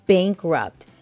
Bankrupt